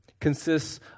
consists